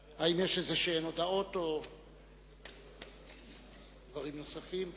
האם יש הודעות או דברים נוספים כלשהם?